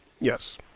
Yes